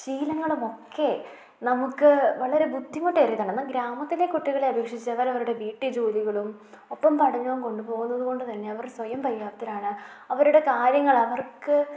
ശീലങ്ങളുമൊക്കെ നമുക്ക് വളരെ ബുദ്ധിമുട്ട് ഏറിയതാണ് എന്നാൽ ഗ്രാമത്തിലെ കുട്ടികളെ അപേക്ഷിച്ച് അവർ അവരുടെ വീട്ടുജോലികളും ഒപ്പം പഠനവും കൊണ്ടുപോകുന്നത് കൊണ്ട് തന്നെ അവർ സ്വയം പര്യാപ്തരാണ് അവരുടെ കാര്യങ്ങൾ അവർക്ക്